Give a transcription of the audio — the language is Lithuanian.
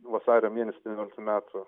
vasario mėnesį devynioliktų metų